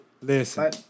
Listen